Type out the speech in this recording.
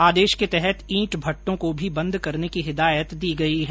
आदेश के तहत ईंट भट्टों को भी बंद करने की हिदायत दी गई है